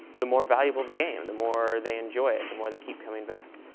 the more valuable the game. the more they enjoy it. the more they keep coming back.